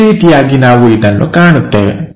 ಈ ರೀತಿಯಾಗಿ ನಾವು ಇದನ್ನು ಕಾಣುತ್ತೇವೆ